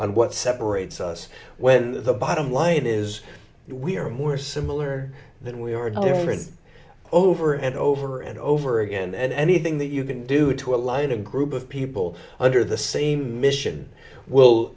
on what separates us when the bottom line is we are more similar than we were there is over and over and over again and anything that you can do to align a group of people under the same mission will